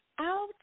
out